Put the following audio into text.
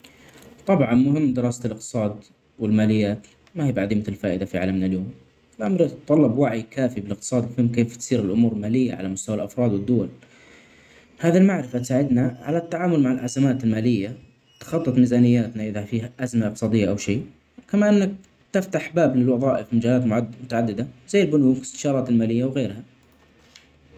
طبعا مهم دراسه الاقتصاد والماليات ماهي بعديمه الفائده فعلا من اليوم. الامر يتطلب وعي كافي بالاقتصاد وفهم كيف تصير الامور الماليه علي مستوي الافراد والدول. هذه المعرفه تساعدنا علي التعامل مع الازمات الماليه تخطط ميزانياتنا اذا فيها ازمه اقتصاديه او شئ وكمان تفتح باب للوظائف بجهات متعدده زي البنوك والاستشارات الماليه وغيرها.